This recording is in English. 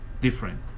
different